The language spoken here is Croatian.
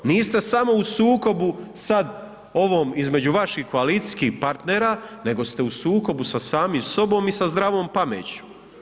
Niste samo u sukobu sad ovom između vaših koalicijskih partnera nego ste u sukobu sa samim sobom i sa zdravom pameću.